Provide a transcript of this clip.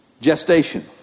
gestation